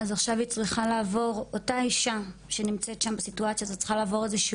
אז עכשיו אותה אישה שנמצאת שם בסיטואציה הזו צריכה לעבור איזושהי